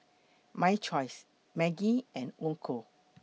My Choice Maggi and Onkyo